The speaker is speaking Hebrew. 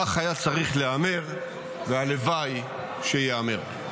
כך היה צריך להיאמר, והלוואי שייאמר.